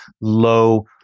low